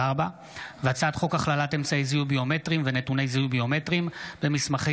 הצעת חוק הכללת אמצעי זיהוי ביומטריים ונתוני זיהוי ביומטריים במסמכי